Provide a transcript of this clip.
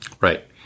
Right